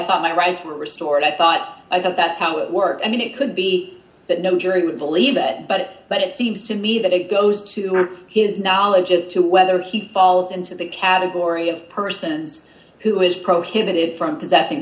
thought my rights were restored i thought i thought that's how it worked i mean it could be that no jury would believe that but but it seems to me that it goes to her his knowledge as to whether he falls into the category of persons who is prohibited from possessing